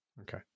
Okay